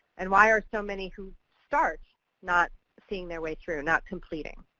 and why are so many who start not seeing their way through, not completing?